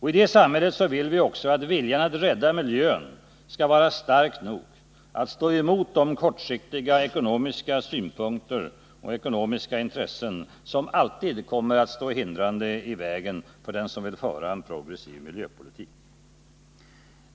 I det samhället vill vi också att viljan att rädda miljön skall vara stark nog att stå emot de kortsiktiga ekonomiska synpunkter och intressen som alltid kommer att stå hindrande i vägen för den som vill föra en progressiv miljöpolitik.